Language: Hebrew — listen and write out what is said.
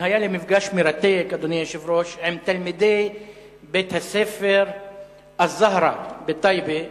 היום היה לי מפגש מרתק עם תלמידי בית-הספר "אל-זהרא" בטייבה.